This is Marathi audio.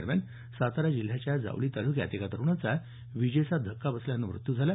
दरम्यान सातारा जिल्ह्याच्या जावली तालुक्यात एका तरुणाचा वीजेचा धक्का बसल्यान मृत्यू झाला